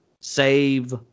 save